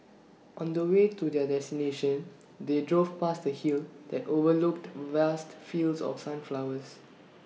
on the way to their destination they drove past A hill that overlooked vast fields of sunflowers